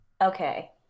Okay